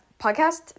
podcast